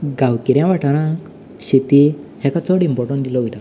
गांवगिऱ्या वाटारांत शेती हाका चड इमपोटंट दिल्लें आसता